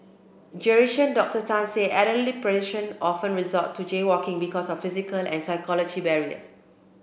Geriatrician Doctor Tan said elderly pedestrian often resort to jaywalking because of physical and psychological barriers